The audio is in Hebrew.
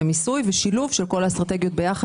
מיסוי ושילוב של כל האסטרטגיות ביחד